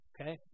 Okay